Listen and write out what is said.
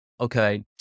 Okay